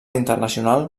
internacional